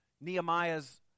Nehemiah's